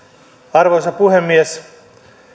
arvoisa puhemies